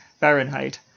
Fahrenheit